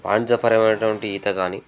వాణిజ్య పరమైనటువంటి ఈత కానీ